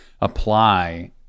apply